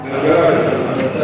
כלכלה.